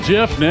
Jeff